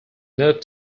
moved